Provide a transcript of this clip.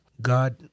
God